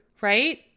right